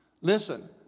Listen